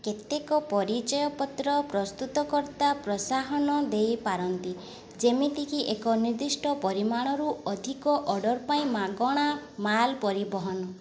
କେତେକ ପରିଚୟ ପତ୍ର ପ୍ରସ୍ତୁତକର୍ତ୍ତା ପ୍ରୋତ୍ସାହନ ଦେଇ ପାରନ୍ତି ଯେମିତି କି ଏକ ନିର୍ଦ୍ଦିଷ୍ଟ ପରିମାଣରୁ ଅଧିକ ଅର୍ଡ଼ର୍ ପାଇଁ ମାଗଣା ମାଲ୍ ପରିବହନ